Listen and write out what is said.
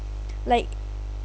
like